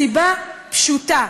מסיבה פשוטה,